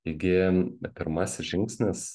taigi pirmasis žingsnis